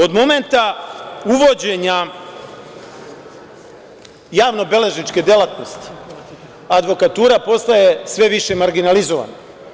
Od momenta uvođenja javnobeležničke delatnosti, advokatura postaje sve više marginalizovana.